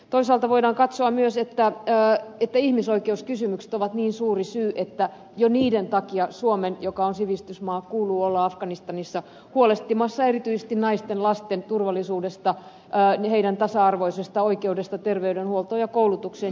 toisaalta voidaan katsoa myös että ihmisoikeuskysymykset ovat niin suuri syy että jo niiden takia suomen joka on sivistysmaa kuuluu olla afganistanissa huolehtimassa erityisesti naisten lasten turvallisuudesta heidän tasa arvoisesta oikeudestaan terveydenhuoltoon ja koulutukseen jnp